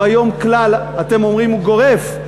הוא היום כלל, אתם אומרים: הוא גורף.